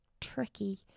tricky